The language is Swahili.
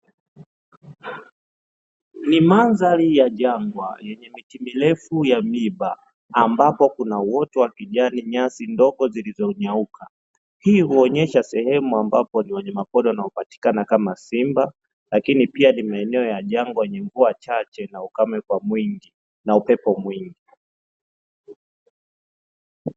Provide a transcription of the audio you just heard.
Ni mandhari ya jangwa yenye miti mirefu ya miba ambapo kuna uoto wa kijani nyasi ndogo zilizokauka. Hii huonyesha sehemu ambapo ni wanyama pori wanaopatikana kama simba lakini pia ni maeneo ya jangwa lenye mvua chache na ukame kwa wingi na upepo mwingi.